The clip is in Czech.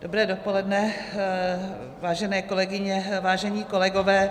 Dobré dopoledne, vážené kolegyně, vážení kolegové.